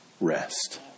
rest